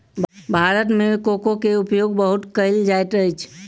भारत मे कोको के उपयोग बहुत कयल जाइत अछि